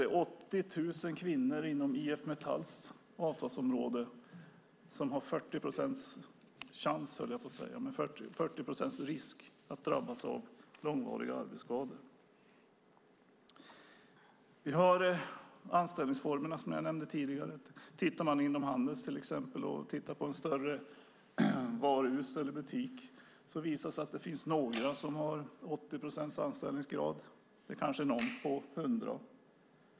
Det är 80 000 kvinnor inom IF Metalls avtalsområde som har 40 procents risk att drabbas av långvariga arbetsskador. Vi har anställningsformerna, som jag nämnde tidigare. Man kan titta på hur det ser ut inom Handels, till exempel. Man kan titta på ett större varuhus eller en butik. Då visar det sig att det finns några som har 80 procents anställningsgrad. Det kanske är någon på 100.